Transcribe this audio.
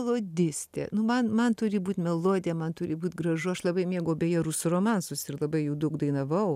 melodistė nu man man turi būt melodija man turi būt gražu aš labai mėgau beje rusų romansus ir labai jų daug dainavau